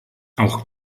auch